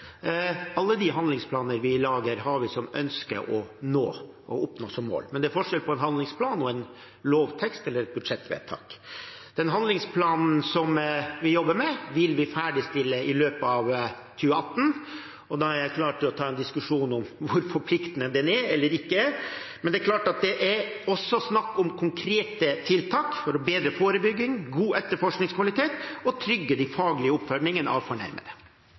Alle de handlingsplaner vi lager, har vi som ønske å oppnå som mål. Men det er forskjell på en handlingsplan og en lovtekst eller et budsjettvedtak. Den handlingsplanen som vi jobber med, vil vi ferdigstille i løpet av 2018. Da er jeg klar til å ta en diskusjon om hvor forpliktende den er – eller ikke er. Men det er klart at det også er snakk om konkrete tiltak for bedre forebygging, god etterforskningskvalitet og å trygge den faglige oppfølgingen av fornærmede.